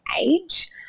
age